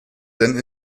denn